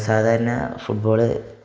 സാധാരണ ഫുട്ബോള്